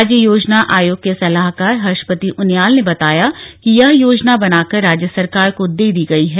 राज्य योजना आयोग के सलाहकार हर्षपति उनियाल ने बताया कि यह योजना बनाकर राज्य सरकार को दे दी गई है